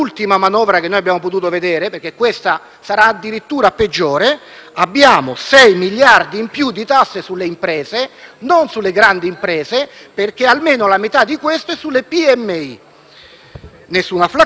sarà addirittura peggiore) vi sono 6 miliardi in più di tasse sulle imprese, e non sulle grandi perché almeno la metà di queste graveranno sulle PMI. Nessuna *flat tax* ovviamente,